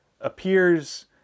appears